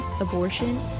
abortion